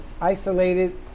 isolated